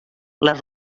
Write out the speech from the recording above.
les